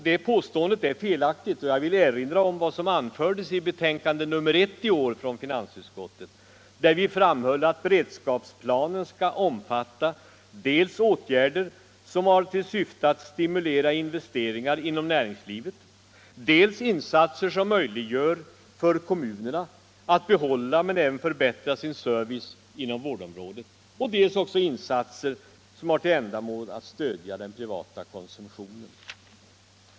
Det påståendet är felaktigt, och jag vill erinra om vad som anfördes i betänkandet nr 1 i år från finansutskottet, där vi framhöll att beredskapsplanen skall omfatta dels åtgärder som har till syfte att stimulera investeringar inom näringslivet, dels insatser som möjliggör för kommunerna att behålla men även förbättra sin service inom vårdområdet, dels också insatser som har till ändamål att stödja den privata konsumtionen.